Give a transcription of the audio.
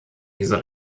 dieser